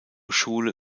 schule